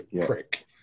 prick